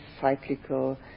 cyclical